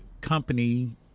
company